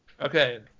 Okay